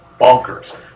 bonkers